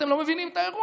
אתם לא מבינים את האירוע.